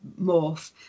morph